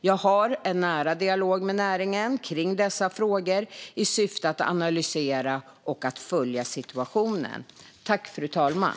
Jag har en nära dialog med näringen kring dessa frågor i syfte att analysera och följa situationen.